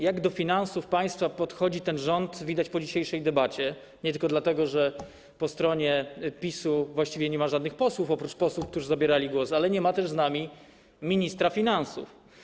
Jak do finansów państwa podchodzi ten rząd, widać po dzisiejszej debacie, i to nie tylko dlatego, że po stronie PiS-u właściwie nie ma żadnych posłów, oprócz posłów, którzy zabierali głos, ale także dlatego, że nie ma też z nami ministra finansów.